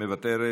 מוותרת,